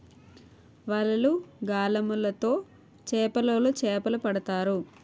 వలలు, గాలములు తో చేపలోలు చేపలు పడతారు